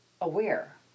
aware